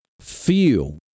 feel